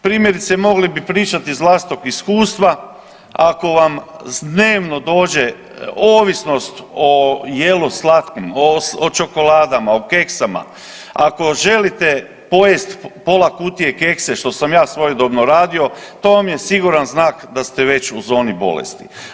Primjerice mogli bi pričati iz vlastitog iskustva, ako vam dnevno dođe ovisnost o jelu slatkom, o čokoladama, o keksama, ako želite pojesti pola kutije kekse što sam ja svojedobno radio to vam je siguran znak da ste već u zoni bolesti.